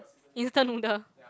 instant noodle